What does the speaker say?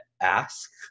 ask